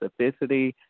specificity